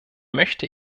möchte